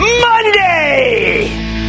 Monday